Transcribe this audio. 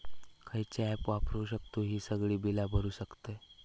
खयचा ऍप वापरू शकतू ही सगळी बीला भरु शकतय?